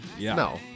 No